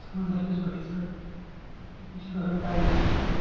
سمنٛدر کِس بٔٹھس پٮ۪ٹھ أتے چھُ گژھان ٹایم تہِ سپیٚنڈ